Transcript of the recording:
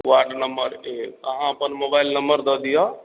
ward number एक अहाँ अपन मोबाइल नम्बर दऽ दियऽ